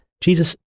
Jesus